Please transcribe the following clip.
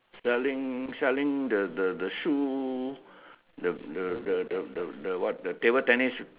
selling selling the the the shoe the the the the the the what the table tennis